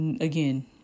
Again